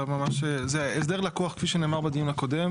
זה הסדר הלקוח כפי שנאמר בדיון הקודם